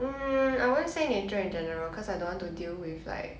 hmm I won't say nature in general cause I don't want to deal with like